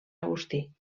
agustí